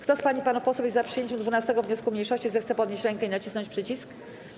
Kto z pań i panów posłów jest za przyjęciem 12. wniosku mniejszości, zechce podnieść rękę i nacisnąć przycisk.